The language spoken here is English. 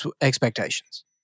expectations